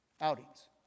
outings